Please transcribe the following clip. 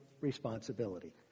responsibility